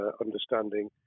understanding